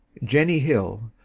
jenny hill,